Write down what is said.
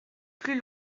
plus